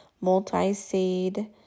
multi-seed